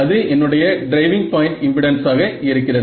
அது என்னுடைய driving point impedance ஆக இருக்கிறது